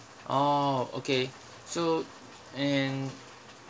oh okay so and